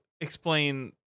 explain